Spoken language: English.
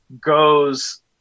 goes